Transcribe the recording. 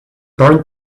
burned